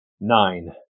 Nine